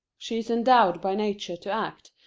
she is endowed by nature to act,